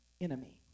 enemy